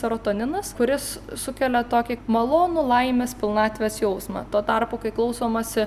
serotoninas kuris sukelia tokį malonų laimės pilnatvės jausmą tuo tarpu kai klausomasi